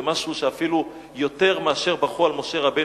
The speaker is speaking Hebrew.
אפילו יותר מאשר בכו על משה רבנו.